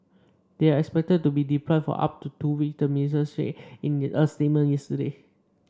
they are expected to be deployed for up to two weeks the ministry said in a statement yesterday